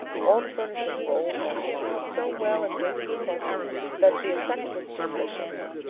all the furnishings were old-fashioned, but so well and daintily kept that the effect was delicious.